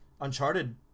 Uncharted